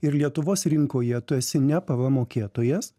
ir lietuvos rinkoje tu esi ne pvm mokėtojas